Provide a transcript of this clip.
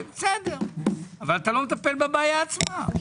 אבל לא מטפל בבעיה עצמה.